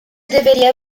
deveria